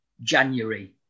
january